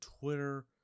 Twitter